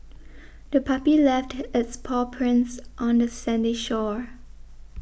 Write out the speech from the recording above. the puppy left its paw prints on the sandy shore